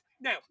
Now